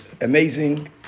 amazing